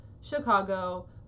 Chicago